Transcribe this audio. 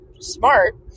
smart